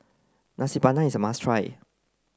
Nasi Padang is a must try